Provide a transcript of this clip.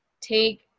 take